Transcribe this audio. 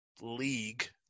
league –